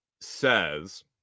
says